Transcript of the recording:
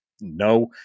no